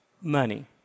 money